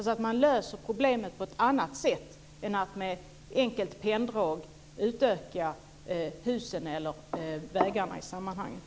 Man ska lösa problemet på ett annat sätt än att med ett enkelt penndrag utöka antalet hus eller vägar i sammanhanget.